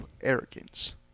arrogance